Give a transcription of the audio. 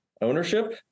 ownership